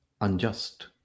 unjust